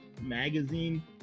magazine